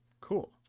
Cool